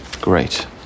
Great